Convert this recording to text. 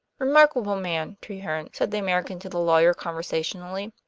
remarkable man, treherne, said the american to the lawyer conversationally.